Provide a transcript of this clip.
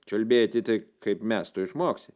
čiulbėti taip kaip mes tu išmoksi